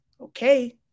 Okay